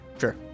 sure